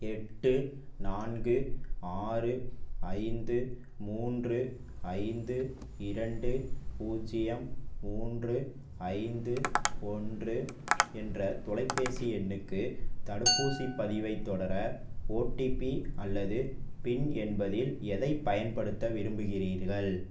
எட்டு நான்கு ஆறு ஐந்து மூன்று ஐந்து இரண்டு பூஜ்ஜியம் மூன்று ஐந்து ஒன்று என்ற தொலைபேசி எண்ணுக்கு தடுப்பூசிப் பதிவைத் தொடர ஓடிபி அல்லது பின் என்பதில் எதைப் பயன்படுத்த விரும்புகிறீர்கள்